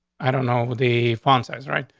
i don't know the font size, right,